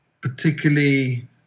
particularly